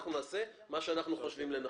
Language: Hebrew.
אנחנו נעשה מה שאנחנו חושבים לנכון.